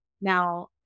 Now